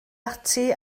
ati